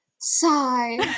sigh